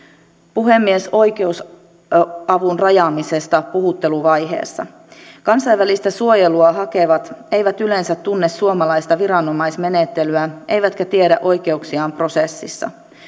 puhemies oikeusavun rajaamisesta puhutteluvaiheessa kansainvälistä suojelua hakevat eivät yleensä tunne suomalaista viranomaismenettelyä eivätkä tiedä oikeuksiaan prosessissa